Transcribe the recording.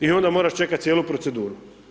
I onda moraš čekat cijelu proceduru.